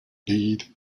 bede